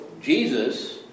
Jesus